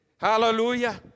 Hallelujah